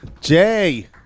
Jay